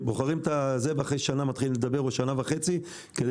בוחרים ואחרי שנה או שנה וחצי מתחילים לדבר כדי